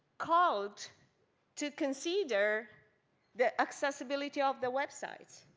called to consider the accessibility of the website.